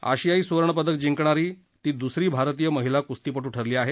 आशियाई सुवर्णपदक जिंकणारी ती दुसरी भारतीय महिला क्स्तीपटू ठरली आहे